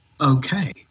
Okay